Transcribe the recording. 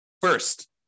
First